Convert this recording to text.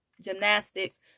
gymnastics